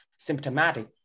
Symptomatic